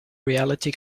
reality